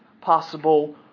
possible